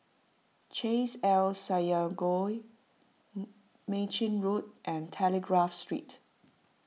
Chesed El Synagogue Mei Chin Road and Telegraph Street